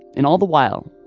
and all the while,